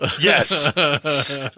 Yes